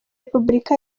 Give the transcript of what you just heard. repubulika